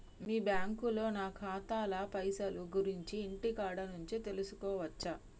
మీ బ్యాంకులో నా ఖాతాల పైసల గురించి ఇంటికాడ నుంచే తెలుసుకోవచ్చా?